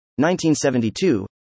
1972